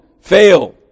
fail